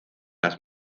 las